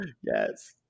yes